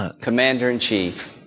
commander-in-chief